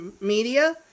media